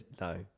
no